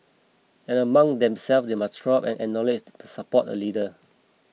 and among themselves they must throw up and acknowledge to support a leader